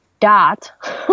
dot